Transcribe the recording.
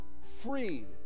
freed